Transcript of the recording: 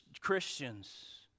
Christians